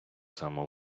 само